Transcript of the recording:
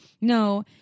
No